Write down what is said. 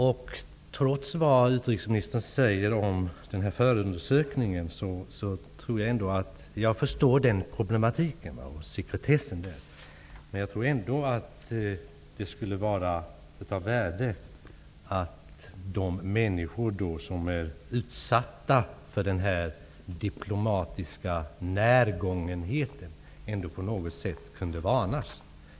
Jag förstår att sekretessen till följd av den pågående förundersökningen utgör ett problem. Jag tror ändå att det skulle vara av värde att de människor som är utsatta för denna diplomatiska närgångenhet på något sätt kunde varnas.